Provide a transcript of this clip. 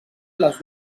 les